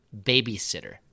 Babysitter